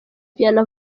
vianney